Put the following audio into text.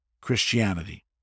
Christianity